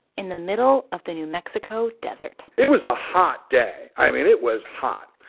in the middle of the new mexico desert it was a hot day. i mean, it was hot,